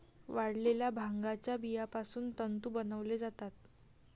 वाळलेल्या भांगाच्या बियापासून तंतू बनवले जातात